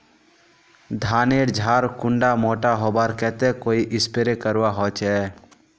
धानेर झार कुंडा मोटा होबार केते कोई स्प्रे करवा होचए?